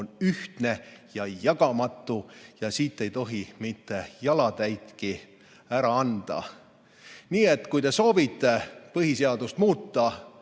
on ühtne ja jagamatu, siit ei tohi mitte jalatäitki ära anda. Nii et kui te soovite piirilepingut